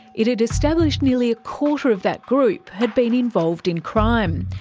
it had established nearly a quarter of that group had been involved in crime.